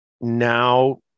now